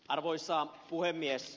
arvoisa puhemies